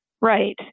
right